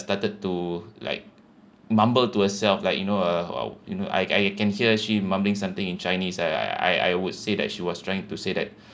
started to like mumble to herself like you know uh you know I I can hear she mumbling something in chinese I I would say that she was trying to say that